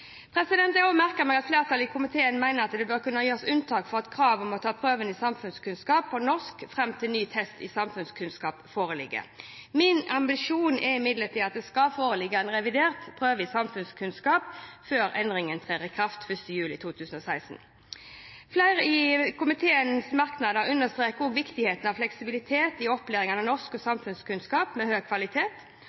komiteen mener det bør kunne gjøres unntak fra kravet om å ta prøven i samfunnskunnskap på norsk fram til ny test i samfunnskunnskap foreligger. Min ambisjon er imidlertid at det skal foreligge en revidert prøve i samfunnskunnskap før endringene trer i kraft 1. juli 2016. I flere av komiteens merknader understrekes viktigheten av fleksibilitet i opplæringen i norsk og samfunnskunnskap med høy kvalitet.